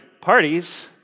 Parties